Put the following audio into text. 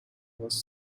was